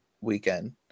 weekend